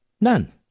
None